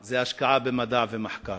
היא השקעה במדע ובמחקר.